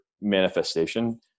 manifestation